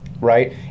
right